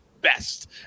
best